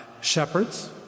shepherds